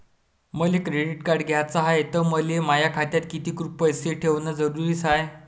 मले credit card घ्याचं हाय, त मले माया खात्यात कितीक पैसे ठेवणं जरुरीच हाय?